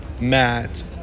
Matt